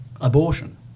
Abortion